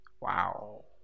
wow